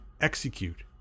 execute